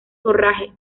forraje